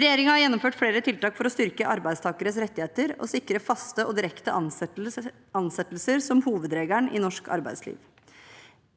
Regjeringen har gjennomført flere tiltak for å styrke arbeidstakeres rettigheter og sikre faste og direkte ansettelser som hovedregel i norsk arbeidsliv.